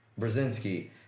Brzezinski